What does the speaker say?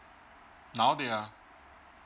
now they are